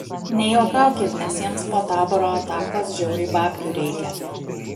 nejuokaukit nes jiems po taboro atakos žiauriai babkių reikia